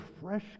fresh